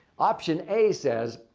option a says,